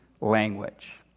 language